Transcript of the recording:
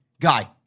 guy